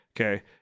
okay